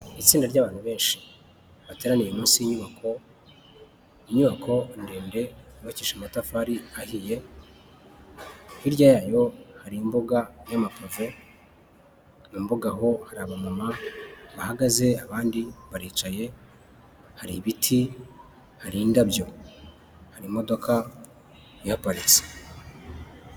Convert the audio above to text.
Ni itsinda ry'abantu benshi bateraniye munsi y'inyubako. Inyubako ndende yubakishije amatafari ahiye, hirya yayo hari imbuga y'amapave. Mu mbuga aho hari abamama bahagaze abandi baricaye. Hari ibiti, hari indabyo, hari imodoka ihaparitse.